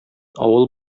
авыл